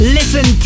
Listen